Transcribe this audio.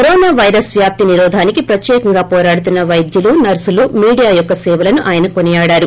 corona virus వ్యాప్తి నిరోధానికి ప్రత్యేకంగా వోరాడుతున్న వైద్యులు నర్పులు మీడియా యొక్క సేవలను ఆయన కొనియాడారు